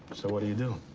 so what do you do?